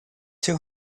two